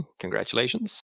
Congratulations